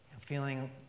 feeling